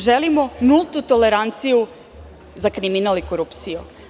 Želimo nultu toleranciju za kriminal i korupciju.